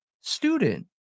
student